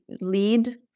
lead